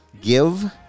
give